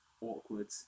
awkward